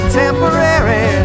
temporary